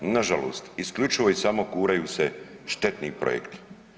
Nažalost, isključivo i samo guraju se štetni projekti.